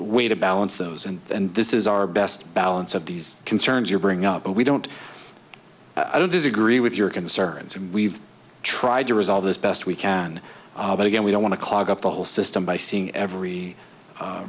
way to balance those and this is our best balance of these concerns you bring up but we don't i don't disagree with your concerns and we've tried to resolve this best we can but again we don't want to clog up the whole system by seeing every